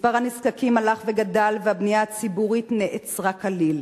מספר הנזקקים הלך וגדל והבנייה הציבורית נעצרה כליל,